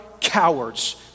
cowards